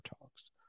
talks